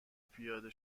پیاده